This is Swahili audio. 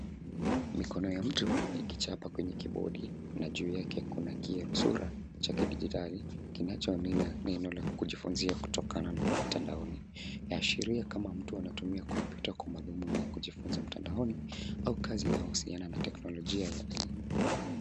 Vidole vya mtu vikichapa kwenye kibodi na juu yake kuna kioo ya sura cha kidijitali kinacho neno la kujifunzia kutokana na mtandaoni. Yaashiria kama mtu anatumia kompyuta kwa madhumuni ya kujifunza mtandanoni au kazi inayohusiana na teknolojia ya elimu.